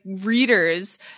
readers